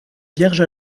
vierge